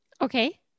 okay